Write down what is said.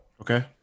Okay